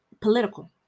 political